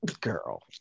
girl